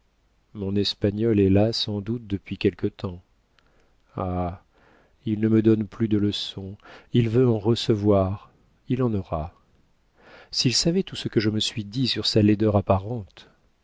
mon espagnol est là sans doute depuis quelque temps ah il ne me donne plus de leçons il veut en recevoir il en aura s'il savait tout ce que je me suis dit sur sa laideur apparente